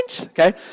okay